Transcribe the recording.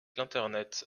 l’internet